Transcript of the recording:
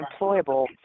employable